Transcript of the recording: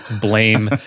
blame